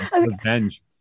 Revenge